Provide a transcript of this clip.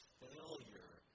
failure